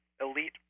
elite